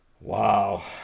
wow